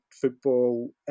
football